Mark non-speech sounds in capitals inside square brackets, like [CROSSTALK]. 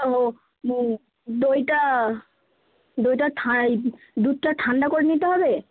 ও দইটা দইটা [UNINTELLIGIBLE] এই দুধটা ঠান্ডা করে নিতে হবে